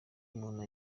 umuntu